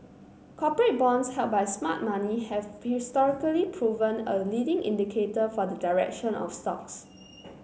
corporate bonds held by smart money have historically proven a leading indicator for the direction of stocks